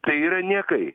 tai yra niekai